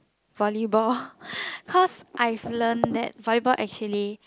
volleyball cause I've learnt that volleyball actually